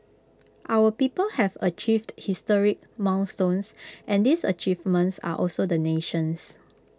our people have achieved historic milestones and these achievements are also the nation's